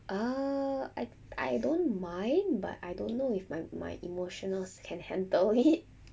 uh I I don't mind but I don't know if my my emotionals can handle it